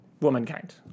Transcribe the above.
womankind